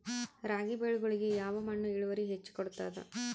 ರಾಗಿ ಬೆಳಿಗೊಳಿಗಿ ಯಾವ ಮಣ್ಣು ಇಳುವರಿ ಹೆಚ್ ಕೊಡ್ತದ?